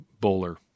Bowler